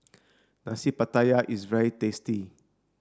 Nasi Pattaya is very tasty